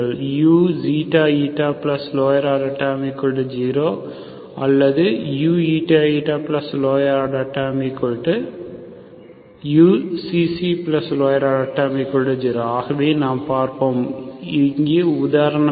uηηlower order terms0 or uξξlower order terms0 ஆகவே நாம் பார்ப்போம் இங்கே உதாரணம் என்ன